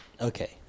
Okay